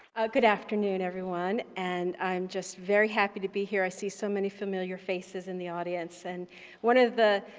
good afternoon everyone and i'm just very happy to be here. i see so many familiar faces in the audience and one of the